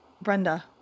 Brenda